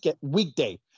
weekday